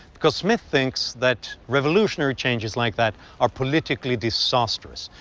because smith thinks that revolutionary changes like that are politically disastrous.